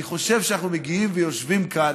אני חושב שכשאנחנו מגיעים ויושבים כאן,